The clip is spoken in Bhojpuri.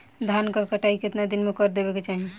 धान क कटाई केतना दिन में कर देवें कि चाही?